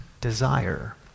desire